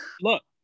look